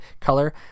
color